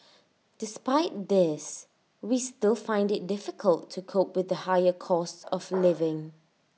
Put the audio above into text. despite this we still find IT difficult to cope with the higher cost of living